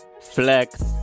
flex